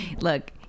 Look